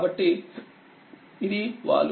కాబట్టిఇది వాలు